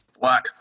Black